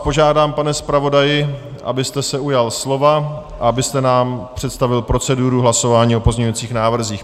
Požádám vás, pane zpravodaji, abyste se ujal slova a abyste nám představil proceduru hlasování o pozměňovacích návrzích.